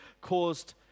caused